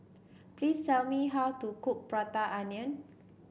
please tell me how to cook Prata Onion